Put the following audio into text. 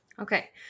Okay